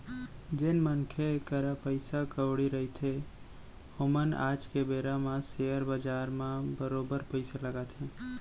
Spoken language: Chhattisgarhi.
जेन मनखे करा पइसा कउड़ी रहिथे ओमन आज के बेरा म सेयर बजार म बरोबर पइसा लगाथे